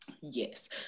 Yes